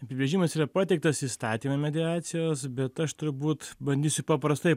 apibrėžimas yra pateiktas įstatyme mediacijos bet aš turbūt bandysiu paprastai